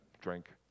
drink